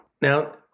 Now